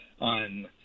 on